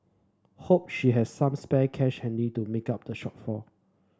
hope she has some spare cash handy to make up the shortfall